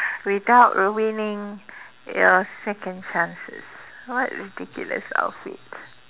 without ruining your second chances what ridiculous outfit